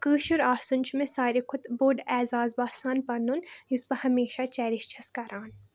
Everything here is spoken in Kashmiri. کٲشُر آسُن چھُ مےٚ ساروے کھۄتہٕ بوٚڑ اعزاز باسان پَنُن یُس بہٕ ہمیشہ چیٚرِش چھَس کَران